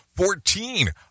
Fourteen